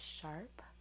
sharp